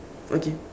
okay